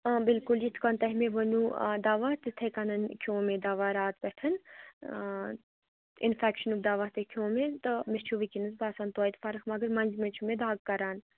بِلکُل یِتھٕ کٔنۍ تۄہہِ مےٚ ووٚنوٕ دَوا تِتھٕے کَنن کھٮ۪و مےٚ دوا راتہٕ پٮ۪ٹھ اِنفیٚکشینُک دوا تہٕ کھٮ۪و مےٚ تہٕ مےٚ چھُو وُنکٮ۪نَس باسان توتہِ فرق مگر مٔنٛزۍ مٔنٛزۍ چھےٚ مےٚ دَگ کَران